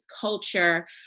culture